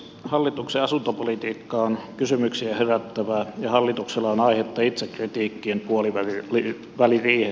hallituksen asuntopolitiikka on kysymyksiä herättävä ja hallituksella on aihetta itsekritiikkiin puoliväliriihessä